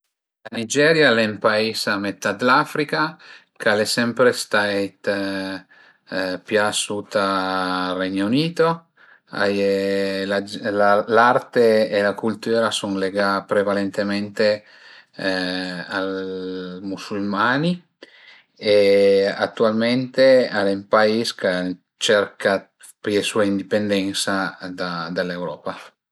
La Nigeria al e ün pais a la metà dë l'Africa ch'al e sempre stait più suta al Regno Unito, a ie la l'arte e la cultüra a sun legà prevalentemente al musulmani e attualmente al e ün pais ch'a cerca d'pìé sua indipendensa da l'Europa